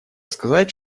сказать